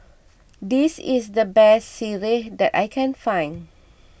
this is the best Sireh that I can find